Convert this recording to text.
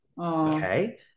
okay